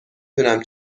دونم